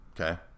Okay